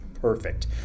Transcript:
perfect